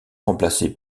remplacé